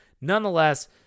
Nonetheless